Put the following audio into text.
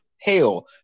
hell